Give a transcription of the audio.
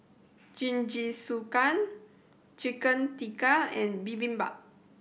Jingisukan Chicken Tikka and Bibimbap